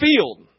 field